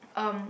um